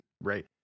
Right